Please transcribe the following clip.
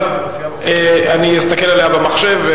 ראיתי אותה במחשב.